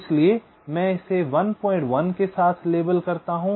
इसलिए मैं इसे 11 के साथ लेबल करता हूं